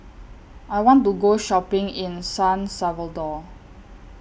I want to Go Shopping in San Salvador